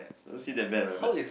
I don't see that bad right but